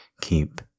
keep